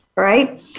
Right